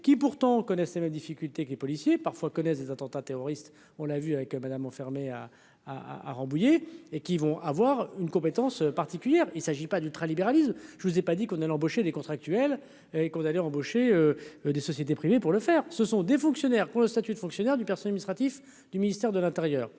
qui, pourtant, connaissait la difficulté que les policiers parfois connaissent des attentats terroristes, on l'a vu avec Madame enfermé à à à Rambouillet et qui vont avoir une compétence particulière, il s'agit pas d'ultralibéralisme, je vous ai pas dit qu'on allait embaucher des contractuels et condamné embaucher des sociétés privées pour le faire, ce sont des fonctionnaires qui ont le statut de fonctionnaire du personnel Misratis du ministère de l'Intérieur,